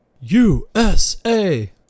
usa